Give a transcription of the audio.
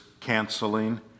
canceling